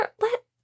let